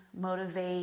motivate